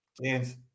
Yes